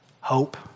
hope